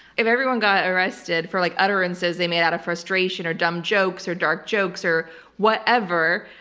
if everyone got arrested for like utterances they made out of frustration, or dumb jokes or dark jokes or whatever